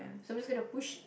so I'm just gonna push